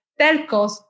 Telcos